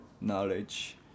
knowledge